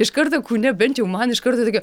iš karto kūne bent jau man iš karto tokia